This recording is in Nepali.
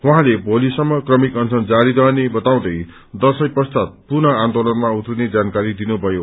उहाँले भोलीसम्म क्रमिक अनशन जारी रहने बताउँदै दशैं पश्चात पुनः आन्दोलनमा उत्रिने जानकारी दिनुभयो